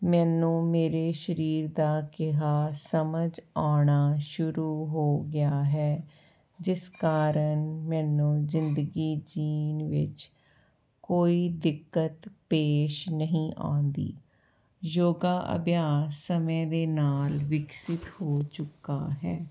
ਮੈਨੂੰ ਮੇਰੇ ਸਰੀਰ ਦਾ ਕਿਹਾ ਸਮਝ ਆਉਣਾ ਸ਼ੁਰੂ ਹੋ ਗਿਆ ਹੈ ਜਿਸ ਕਾਰਨ ਮੈਨੂੰ ਜਿੰਦਗੀ ਜਿਉਣ ਵਿੱਚ ਕੋਈ ਦਿੱਕਤ ਪੇਸ਼ ਨਹੀਂ ਆਉਂਦੀ ਯੋਗਾ ਅਭਿਆਸ ਸਮੇਂ ਦੇ ਨਾਲ ਵਿਕਸਿਤ ਹੋ ਚੁੱਕਾ ਹੈ